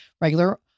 Regular